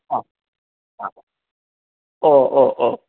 അ അ ഒ ഓഒ ഓഹ്